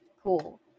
Cool